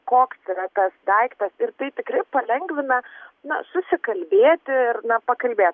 koks yra tas daiktas ir tai tikrai palengvina na susikalbėti ir na pakalbėt